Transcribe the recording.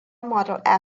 model